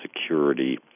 security